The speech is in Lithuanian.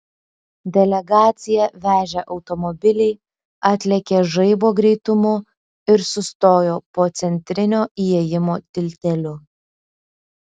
delegaciją vežę automobiliai atlėkė žaibo greitumu ir sustojo po centrinio įėjimo tilteliu